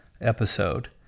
episode